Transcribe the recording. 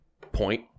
point